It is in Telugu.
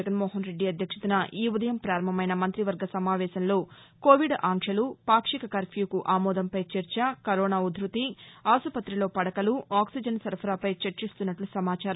జగన్మోహన్ రెడ్డి అధ్యక్షతన ఈ ఉదయం ప్రారంభమైన మంతివర్గ సమావేశంలో కోవిడ్ ఆంక్షలు పాక్షిక కర్భ్యూకు ఆమోదంపై చర్చ కరోనా ఉద్ధృతి ఆస్పతిలో పదకలు ఆక్సిజన్ సరఫరాపై చర్చిచిస్తున్నట్టు సమాచారం